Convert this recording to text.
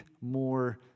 more